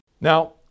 Now